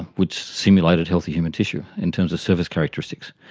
which simulated healthy human tissue in terms of surface characteristics.